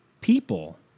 people